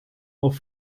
auf